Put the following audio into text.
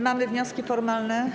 Mamy wnioski formalne.